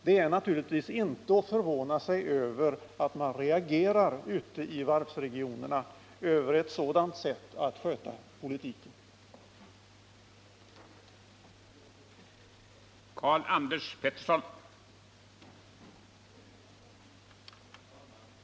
Det är naturligtvis inget att förvånas över att man ute i varvsregionerna har reagerat mot detta sätt att sköta politiken på.